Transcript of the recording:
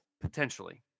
Potentially